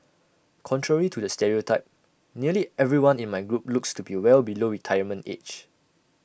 contrary to the stereotype nearly everyone in my group looks to be well below retirement age